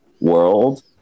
world